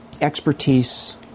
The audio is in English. expertise